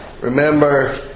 remember